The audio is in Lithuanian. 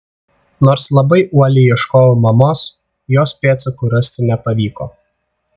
nors labai uoliai ieškojau mamos jos pėdsakų rasti nepavyko